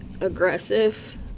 aggressive